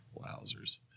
Wowzers